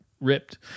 ripped